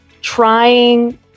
trying